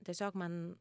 tiesiog man